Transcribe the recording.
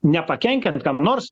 nepakenkiant kam nors